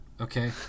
okay